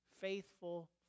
faithful